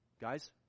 Guys